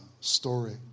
story